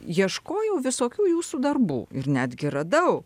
ieškojau visokių jūsų darbų ir netgi radau